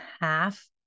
half